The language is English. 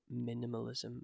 minimalism